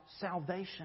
salvation